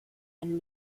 and